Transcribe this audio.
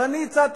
אבל אני הצעתי,